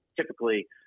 typically